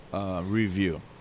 review